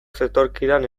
zetorkidan